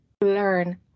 learn